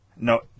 No